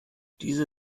diese